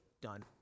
done